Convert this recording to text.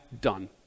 done